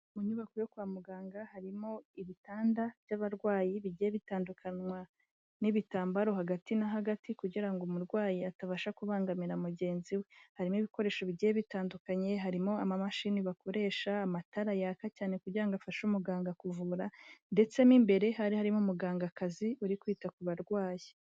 Mu nyubako yo kwa muganga harimo ibitanda by'abarwayi bigiye bitandukanwa n'ibitambaro hagati na hagati, kugira ngo umurwayi atabasha kubangamira mugenzi we. Harimo ibikoresho bigiye bitandukanye, harimo ama mashini bakoresha, amatara yaka cyane kugira ngo afashe umuganga kuvura; ndetse mo imbere hari harimo umugangakazi uri kwita ku barwayi.